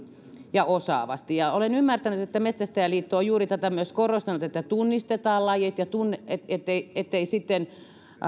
ja osaavasti ja olen ymmärtänyt että metsästäjäliitto on juuri tätä myös korostanut että tunnistetaan lajit ettei ettei sitten